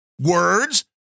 words